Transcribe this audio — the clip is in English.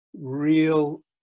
real